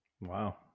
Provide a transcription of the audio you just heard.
Wow